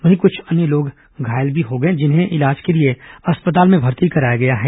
वहीं क्छ अन्य लोग घायल भी हो गए हैं जिन्हें इलाज के लिए अस्पताल में भर्ती कराया गया है